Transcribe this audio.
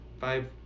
five